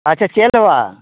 अच्छा चेल्हवा